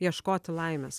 ieškoti laimės